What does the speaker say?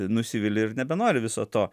nusivili ir nebenori viso to